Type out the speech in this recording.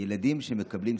ילדים שמקבלים סידור.